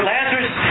Lazarus